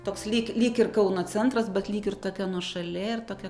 toks lyg lyg ir kauno centras bet lyg ir tokia nuošalė ir tokia